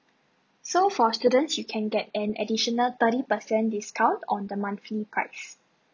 so for students you can get an additional thirty percent discount on the monthly price